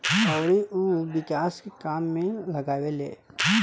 अउरी उ विकास के काम में लगावेले